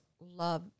love